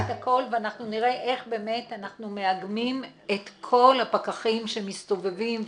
אנחנו נראה איך באמת אנחנו מאגמים את כל הפקחים שמסתובבים,